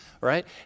right